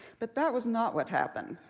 but that was not what happened,